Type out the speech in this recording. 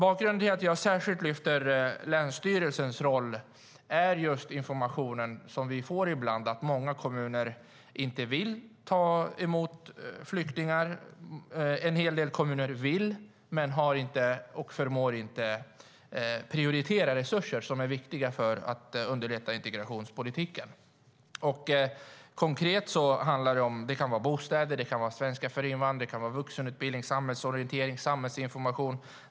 Anledningen till att jag lyfter fram särskilt länsstyrelsens roll är just den information som vi får ibland om att många kommuner inte vill ta emot flyktingar. En hel del kommuner vill men har inte och förmår inte prioritera de resurser som är viktiga för att underlätta integrationspolitiken. Konkret kan det vara bostäder, svenska för invandrare, vuxenutbildning, samhällsorientering eller samhällsinformation.